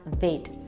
wait